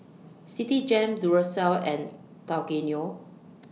Citigem Duracell and Tao Kae Noi